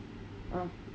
ah